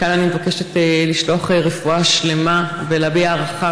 מכאן אני מבקשת לשלוח רפואה שלמה ולהביע הערכה